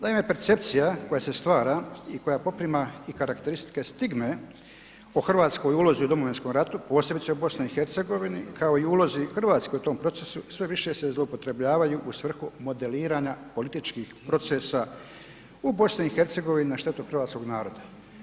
Naime, percepcija koja se stvara i koja poprima karakteristike stigme o hrvatskoj ulozi u Domovinskom ratu posebice u BiH kao i o ulozi Hrvatske u tom procesu sve više se zloupotrebljavaju u svrhu modeliranja političkih procesa u BiH na štetu hrvatskog naroda.